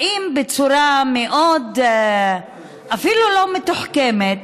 באים בצורה מאוד, אפילו לא מתוחכמת,